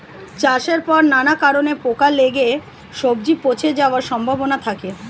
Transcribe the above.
চাষের পর নানা কারণে পোকা লেগে সবজি পচে যাওয়ার সম্ভাবনা থাকে